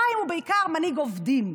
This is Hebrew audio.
חיים הוא בעיקר מנהיג עובדים,